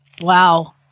Wow